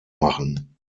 machen